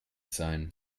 sein